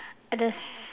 at the s~